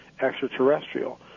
extraterrestrial